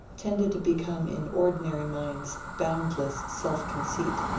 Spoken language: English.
tended to become in ordinary minds boundless self-conceit.